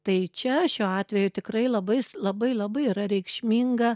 tai čia šiuo atveju tikrai labai labai labai yra reikšminga